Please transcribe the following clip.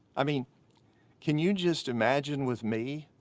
i mean can you just imagine with me